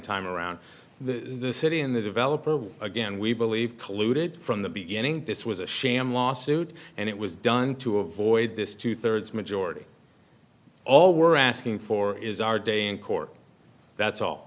time around the city in the developer again we believe colluded from the beginning this was a sham lawsuit and it was done to avoid this two thirds majority all we're asking for is our day in court that's all